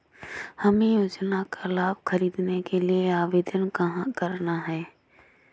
हमें योजना का लाभ ख़रीदने के लिए आवेदन कहाँ करना है?